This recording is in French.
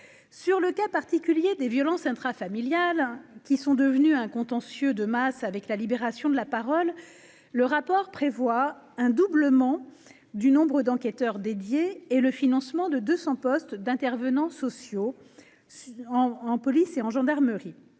sur le cas particulier des violences intra-familiales qui sont devenus un contentieux de masse avec la libération de la parole, le rapport prévoit un doublement du nombre d'enquêteurs dédiés et le financement de 200 postes d'intervenants sociaux en en police et en gendarmerie